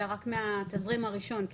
אלא רק מהתזרים הראשון.